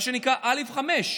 מה שנקרא א/5.